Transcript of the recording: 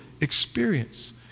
experience